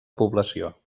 població